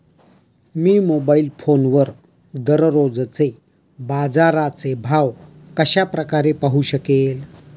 मी mobile फोनवर दररोजचे बाजाराचे भाव कशा प्रकारे पाहू शकेल?